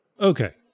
okay